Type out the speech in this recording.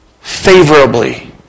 favorably